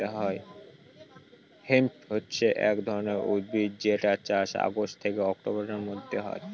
hemp হছে এক ধরনের উদ্ভিদ যেটার চাষ অগাস্ট থেকে অক্টোবরের মধ্যে হয়